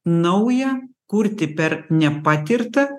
naują kurti per nepatirtą